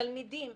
תלמידים,